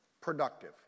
productive